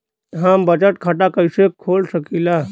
हम बचत खाता कईसे खोल सकिला?